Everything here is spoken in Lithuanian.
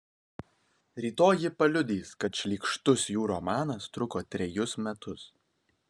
rytoj ji paliudys kad šlykštus jų romanas truko trejus metus